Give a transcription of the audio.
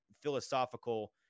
philosophical